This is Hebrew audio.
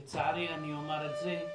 לצערי אני אומר את זה,